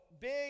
big